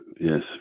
yes